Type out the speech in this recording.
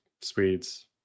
Swedes